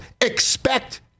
expect